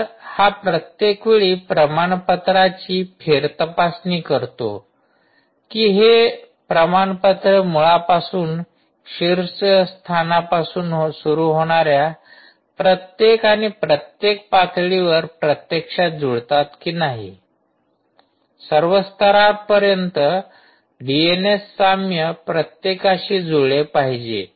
तर हा प्रत्येक वेळी प्रमाणपत्रांची फेर तपासणी करतो की हे प्रमाणपत्र मुळांपासून शीर्षस्थानापासून सुरू होणार्या प्रत्येक आणि प्रत्येक पातळीवर प्रत्यक्षात जुळतात की नाही सर्व स्तरापर्यंत डीएनएस साम्य प्रत्येकाशी जुळले पाहिजे